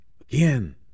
again